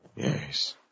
Yes